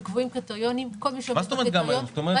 זאת אומרת,